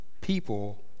people